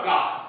God